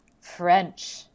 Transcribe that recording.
French